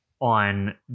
on